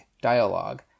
dialogue